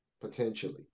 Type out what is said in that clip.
potentially